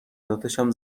داداشم